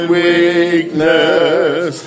weakness